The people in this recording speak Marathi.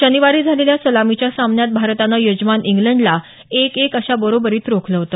शनिवारी झालेल्या सलामीच्या सामन्यात भारतानं यजमान इंग्लंडला एक एक अशा बरोबरीत रोखलं होत